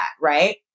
right